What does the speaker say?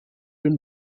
been